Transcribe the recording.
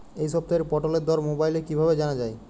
এই সপ্তাহের পটলের দর মোবাইলে কিভাবে জানা যায়?